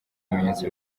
ibimenyetso